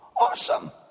awesome